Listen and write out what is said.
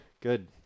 Good